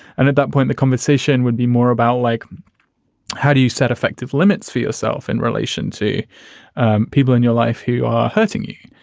and at that point, the conversation would be more about like how do you set effective limits for yourself in relation to people in your life who are hurting you?